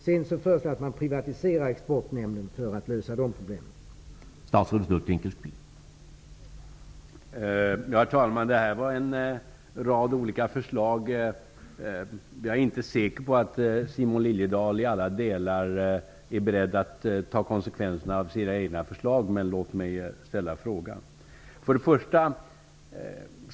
Sedan föreslår jag att man privatiserar Exportkreditnämnden för att lösa de problem som finns där.